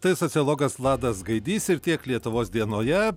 tai sociologas vladas gaidys ir tiek lietuvos dienoje